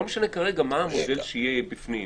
לא משנה כרגע מה המודל שיהיה בפנים,